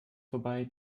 vorbei